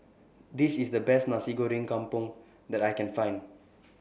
This IS The Best Nasi Goreng Kampung that I Can Find